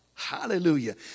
Hallelujah